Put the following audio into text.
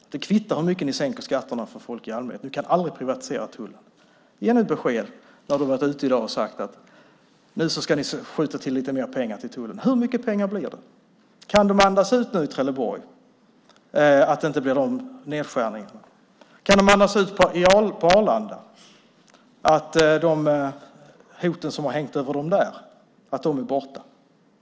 Det kvittar hur mycket ni sänker skatterna för folk i allmänhet. Det går aldrig att privatisera tullen. Ge besked nu när du har varit ute i dag och sagt att mer pengar ska ges till tullen. Hur mycket pengar blir det? Kan de andas ut i Trelleborg - att det inte blir nedskärningar? Kan de andas ut på Arlanda - att hoten som har hängt över dem där är borta?